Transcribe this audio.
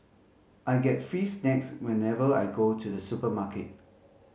I get free snacks whenever I go to the supermarket